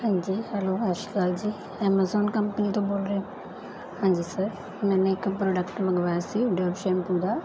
ਹਾਂਜੀ ਹੈਲੋ ਸਤਿ ਸ਼੍ਰੀ ਅਕਾਲ ਜੀ Amazon company ਤੋਂ ਬੋਲ ਰਹੇ ਹੋ ਹਾਂਜੀ ਸਰ ਮੈਂ ਇੱਕ ਪ੍ਰੋਡਕਟ ਮੰਗਵਾਇਆ ਸੀ ਡਵ ਸ਼ੈਪੂ ਦਾ